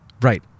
Right